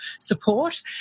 support